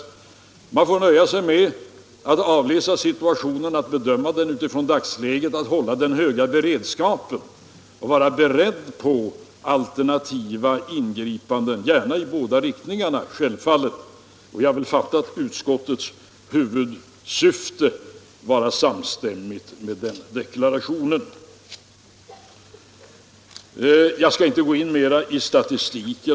Man får nöja sig med att bedöma den i dagsläget och hålla en hög beredskap samt vara beredd på alternativa ingrepp, självfallet gärna i båda riktningarna. Jag fattar det så att utskottets huvudsyfte är samstämmigt med den deklarationen. Jag skall inte ytterligare fördjupa mig i arbetslöshetsstatistiken.